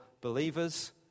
believers